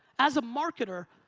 as a marketer,